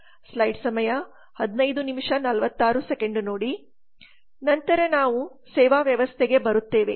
ನಂತರ ನಾವು ಸೇವಾ ವ್ಯವಸ್ಥೆಗೆ ಬರುತ್ತೇವೆ